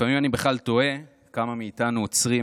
לפעמים אני בכלל תוהה כמה מאיתנו עוצרים